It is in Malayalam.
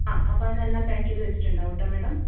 ആ അപ്പം എന്നാൽ എല്ലാം പാക്ക് ചെയ്തു വച്ചിട്ടുണ്ടാവും കേട്ടോ മാഡം